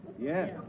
Yes